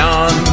on